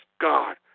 God